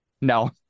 No